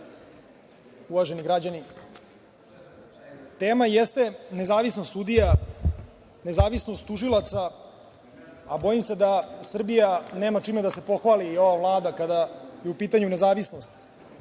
uvaženi građani, tema jeste nezavisnost sudija, nezavisnost tužilaca, a bojim se da Srbija nema čime da se pohvali i ova Vlada kada je u pitanju nezavisnost